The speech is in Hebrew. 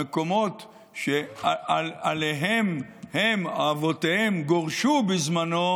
המקומות שאליהם הם, אבותיהם, גורשו בזמנו,